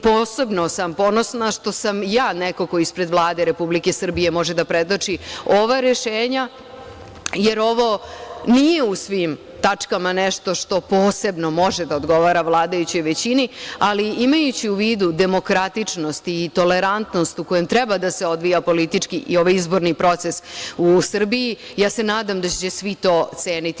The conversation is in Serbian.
Posebno sam ponosna što sam ja neko ko ispred Vlade Republike Srbije može da predoči ova rešenja, jer ovo nije u svim tačkama nešto što posebno može da odgovara vladajućoj većini, ali imajući u vidu demokratičnost i tolerantnost u kojem treba da se odvija politički i ovaj izborni proces u Srbiji, ja se nadam da će svi to ceniti.